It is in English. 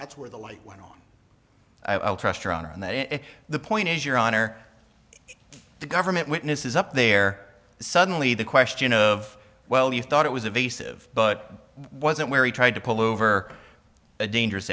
that's where the light went on i'll trust her on that and the point is your honor the government witnesses up there suddenly the question of well you thought it was of a sieve but wasn't where he tried to pull over a dangerous